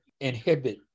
inhibit